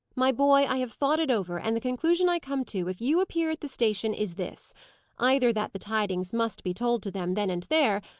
my boy, i have thought it over, and the conclusion i come to, if you appear at the station, is this either that the tidings must be told to them, then and there,